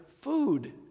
food